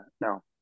No